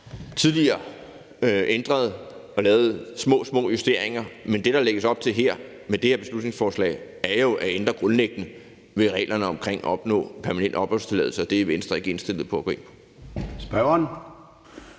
tidligere har ændret noget og lavet små, små justeringer, men det, der lægges op til med det beslutningsforslag her, er jo at ændre grundlæggende ved reglerne omkring at opnå permanent opholdstilladelse, og det er Venstre ikke indstillet på. Kl.